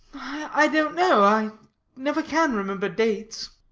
i don't know. i never can remember dates.